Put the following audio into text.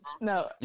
no